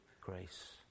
grace